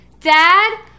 dad